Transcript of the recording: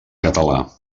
català